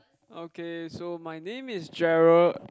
okay so my name is Gerald